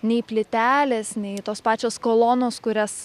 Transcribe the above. nei plytelės nei tos pačios kolonos kurias